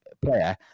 player